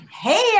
Hey